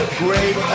great